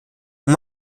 und